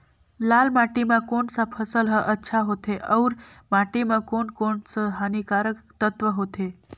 लाल माटी मां कोन सा फसल ह अच्छा होथे अउर माटी म कोन कोन स हानिकारक तत्व होथे?